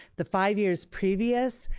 the five years previous,